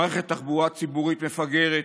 מערכת תחבורה ציבורית מפגרת,